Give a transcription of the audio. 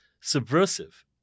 subversive